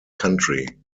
country